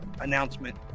announcement